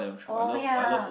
oh ya